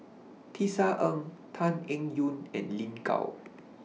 Tisa Ng Tan Eng Yoon and Lin Gao